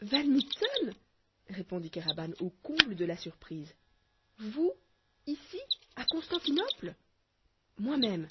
van mitten répondit kéraban au comble de la surprise vous ici à constantinople moi-même